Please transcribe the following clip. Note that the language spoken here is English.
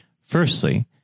Firstly